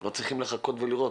לא צריכים לחכות ולראות.